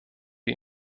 die